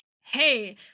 hey